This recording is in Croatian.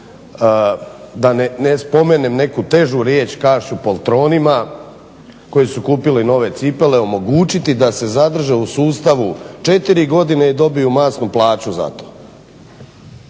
da ne spomenem neku težu riječ kazat ću poltronima koji su kupili nove cipele omogućiti da se zadrži u sustavu 4 godine i dobiju masnu plaću za to.